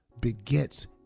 begets